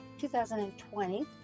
2020